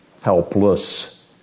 Helpless